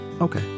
Okay